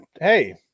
hey